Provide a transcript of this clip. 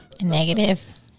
negative